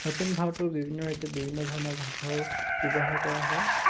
দক্ষিণ ভাৰতৰ বিভিন্ন ৰাজ্যত বিভিন্ন ধৰণৰ ভাষাও ব্যৱহাৰ কৰা হয়